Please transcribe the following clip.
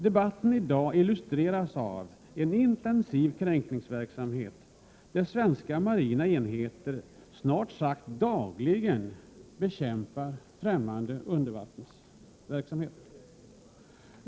Debatten i dag illustreras av en intensiv kränkningsverksamhet, där svenska marina enheter snart sagt dagligen bekämpar främmande undervattensföremål.